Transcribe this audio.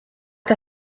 der